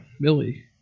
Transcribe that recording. Billy